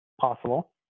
possible